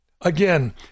Again